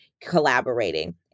collaborating